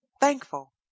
thankful